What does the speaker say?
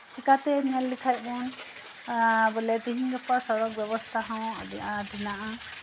ᱪᱤᱠᱟᱛᱮ ᱧᱮᱞ ᱞᱮᱠᱷᱟᱡ ᱵᱚᱱ ᱛᱮᱦᱮᱧ ᱜᱟᱯᱟ ᱥᱚᱲᱚᱠ ᱵᱮᱵᱚᱥᱛᱷᱟ ᱦᱚᱸ ᱟᱹᱰᱤ ᱟᱸᱴ ᱢᱮᱱᱟᱜᱼᱟ